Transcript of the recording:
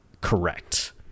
correct